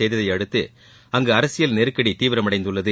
செய்ததையடுத்து அங்கு அரசியல் நெருக்கடி தீவிரமடைந்துள்ளது